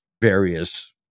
various